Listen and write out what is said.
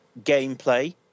gameplay